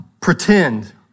pretend